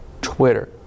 Twitter